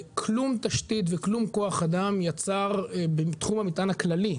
שבכלום תשתית וכלום כוח אדם יצר בתחום המטען הכללי,